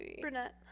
Brunette